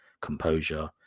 composure